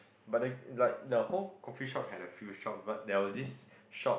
but they like the whole coffee shop had a few shop but there was this shop